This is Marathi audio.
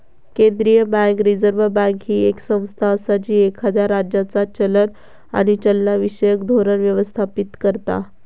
केंद्रीय बँक, रिझर्व्ह बँक, ही येक संस्था असा जी एखाद्या राज्याचा चलन आणि चलनविषयक धोरण व्यवस्थापित करता